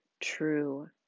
True